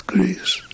Greece